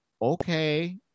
okay